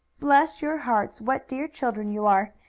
bless your hearts! what dear children you are!